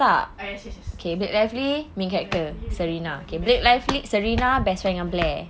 ah yes yes yes blake lively main character dia best friend blair best friend